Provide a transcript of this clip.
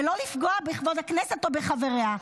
ולא לפגוע בכבוד הכנסת או בחבריה.